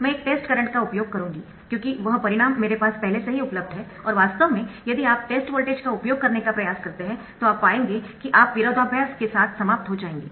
मैं एक test current का उपयोग करूंगी क्योंकि वह परिणाम मेरे पास पहले से ही उपलब्ध है और वास्तव में यदि आप टेस्ट वोल्टेज का उपयोग करने का प्रयास करते है तो आप पाएंगे कि आप विरोधाभास के साथ समाप्त हो जाएंगे